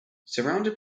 surrounded